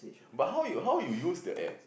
but how you how you use the app